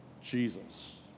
Jesus